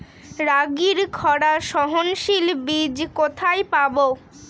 রাগির খরা সহনশীল বীজ কোথায় পাবো?